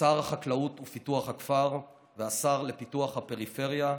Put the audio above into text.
שר החקלאות ופיתוח הכפר והשר לפיתוח הפריפריה,